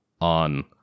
on